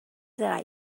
that